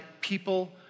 people